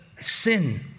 sin